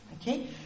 Okay